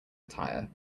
attire